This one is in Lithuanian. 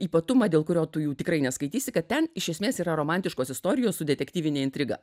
ypatumą dėl kurio tu jų tikrai neskaitysi kad ten iš esmės yra romantiškos istorijos su detektyvine intriga